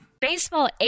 Baseball